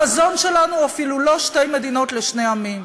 החזון שלנו הוא אפילו לא שתי מדינות לשני עמים.